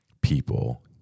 people